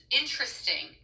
interesting